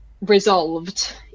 resolved